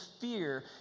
fear